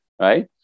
right